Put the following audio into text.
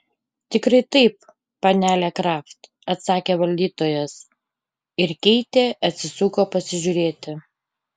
tikrai taip panele kraft atsakė valdytojas ir keitė atsisuko pasižiūrėti